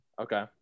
Okay